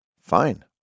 fine